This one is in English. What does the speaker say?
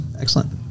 excellent